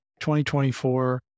2024